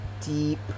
deep